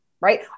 right